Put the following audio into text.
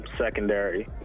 secondary